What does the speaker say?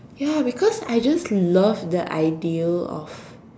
ya because I just love the ideal of